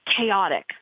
chaotic